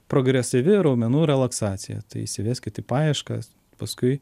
progresyvi raumenų relaksacija tai įsiveskit į paieškas paskui